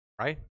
Right